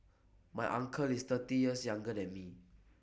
my uncle is thirty years younger than me